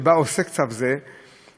שבה עוסק צו זה,